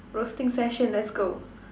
roasting session let's go